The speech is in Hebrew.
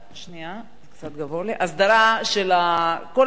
של כל הנושא.